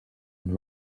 and